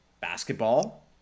basketball